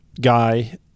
guy